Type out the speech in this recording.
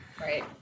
Right